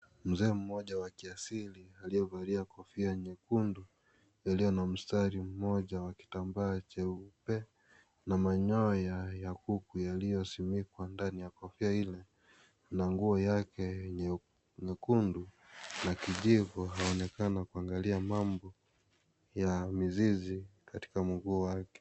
Mzee mmoja wa kiasili aliyevalia kofia nyekundu iliyo na mstari mmoja wa kitambaa cheupe na manyoya ya kuku yaliyosimikwa ndani ya kofia ile na nguo yake nyekundu na kijivu anaonekana kuangalia mambo ya mizizi katika mguu wake.